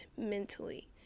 mentally